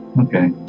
Okay